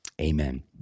Amen